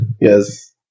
yes